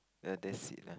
ya that's it lah